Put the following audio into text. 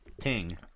Ting